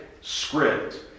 script